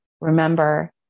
Remember